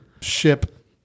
ship